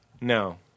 No